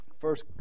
First